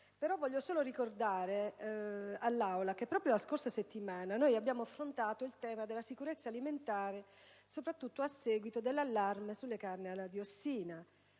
Vorrei ricordare all'Assemblea che proprio la scorsa settimana abbiamo affrontato il tema della sicurezza alimentare, a seguito dell'allarme sulle carni alla diossina.